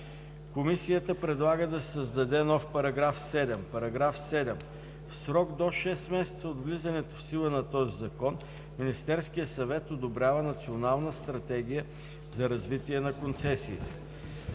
Комисията предлага да се създаде нов § 7: „§ 7. В срок до 6 месеца от влизането в сила на този закон Министерският съвет одобрява Националната стратегия за развитие на концесиите.“